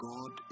God